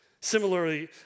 Similarly